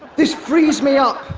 this frees me up,